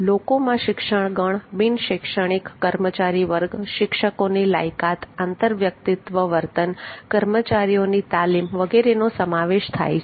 લોકોમાં શિક્ષક ગણ બિનશૈક્ષણિક કર્મચારી વર્ગ શિક્ષકોની લાયકાત આંતર વ્યક્તિત્વ વર્તન કર્મચારીઓની તાલીમ વગેરેનો સમાવેશ થાય છે